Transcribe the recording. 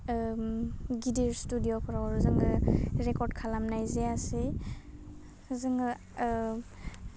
ओम गिदिर स्टुदिअ'फ्राव जोङो रेकर्द खालामनाय जायासै जोङो ओह